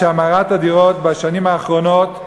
שהאמרת מחירי הדירות בשנים האחרונות,